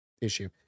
issue